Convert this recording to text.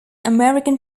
american